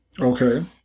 Okay